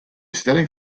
stelling